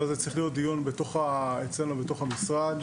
אבל זה צריך להיות דיון אצלנו בתוך המשרד.